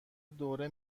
دوره